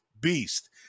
beast